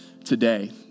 Today